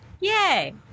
Yay